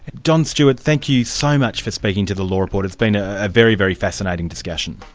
don stewart thank you so much for speaking to the law report, it's been a very, very fascinating discussion.